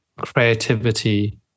creativity